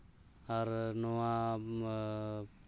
ᱟᱨ ᱱᱚᱣᱟ